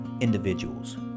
Individuals